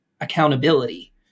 accountability